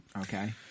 okay